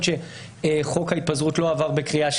את השאלה אנחנו לא מול נוסח האם ההתנגדות לאו דווקא שלכם,